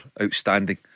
outstanding